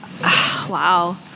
wow